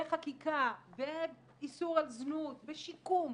בחקיקה, באיסור על זנות, בשיקום,